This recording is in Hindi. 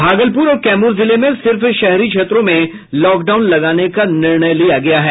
भागलपुर और कैमूर जिले में सिर्फ शहरी क्षेत्रों में लॉक डाउन लगाने का निर्णय लिया गया है